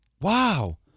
Wow